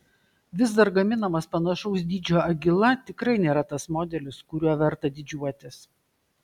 vis dar gaminamas panašaus dydžio agila tikrai nėra tas modelis kuriuo verta didžiuotis